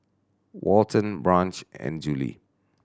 Walton Branch and Juli